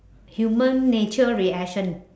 human nature reaction